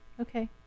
Okay